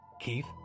Keith